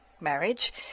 marriage